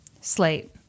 Slate